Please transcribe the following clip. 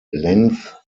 length